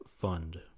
Fund